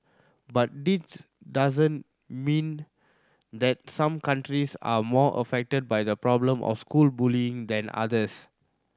but this does not mean that some countries are more affected by the problem of school bullying than others